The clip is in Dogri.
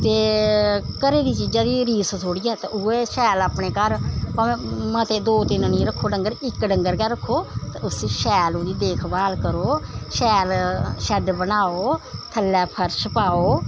ते घरै दी चीजा दी रीस थोह्ड़े ऐ ते उ'यै शैल अपने घर भाएं मते दो तिन नेईं इक गै रक्खो डंगर ते उसी शैल ओह्दी देखभाल करो शैल शैड्ड बनाओ थ'ल्लै फर्श पाओ